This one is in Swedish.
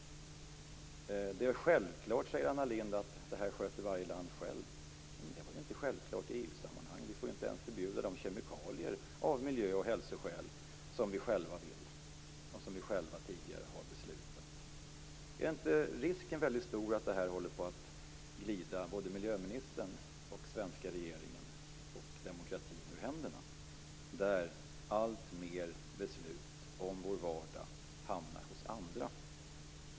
Det är självklart, säger Anna Lindh, att varje land sköter det här självt. Det är inte självklart i EU sammanhang. Vi får inte ens förbjuda de kemikalier av miljö och hälsoskäl som vi själva vill och som vi själva tidigare beslutat om. Är inte risken väldigt stor för att det här håller på att glida både miljöministern, den svenska regeringen och demokratin ur händerna? Alltfler beslut om vår vardag hamnar hos andra.